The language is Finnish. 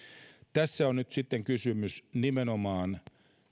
tässä on nyt sitten kysymys nimenomaan